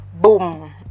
boom